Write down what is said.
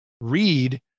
read